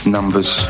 Numbers